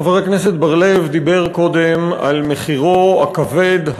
חבר הכנסת בר-לב דיבר קודם על מחירו הכבד,